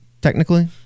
technically